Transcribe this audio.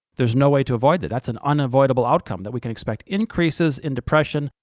there's no way to avoid that, that's an unavoidable outcome that we can expect increases in depression,